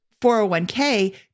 401k